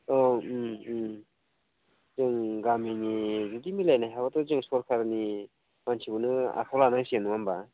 औ जों गामिनि जुदि मिलायनो हायाब्लाथ' जों सरखारनि मानसिखौनो आखाइ लानांसिगोन नङा होमब्ला